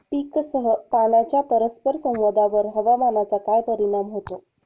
पीकसह पाण्याच्या परस्पर संवादावर हवामानाचा काय परिणाम होतो?